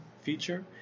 feature